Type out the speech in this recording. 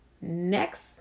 next